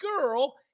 girl